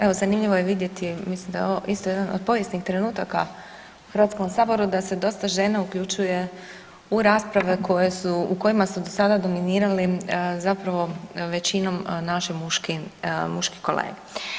Evo zanimljivo je vidjeti, mislim da je ovo isto jedan od povijesnih trenutaka u Hrvatskom saboru da se dosta žena uključuje u rasprave koje su, u kojima su do sada dominirali zapravo većinom naši muški kolege.